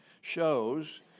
shows